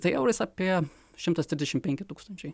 tai eurais apie šimtas trisdešimt penki tūkstančiai